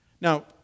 Now